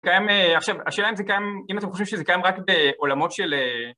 קיים, השאלה אם זה קיים, אם אתם חושבים שזה קיים רק בעולמות של